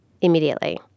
immediately